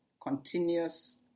continuous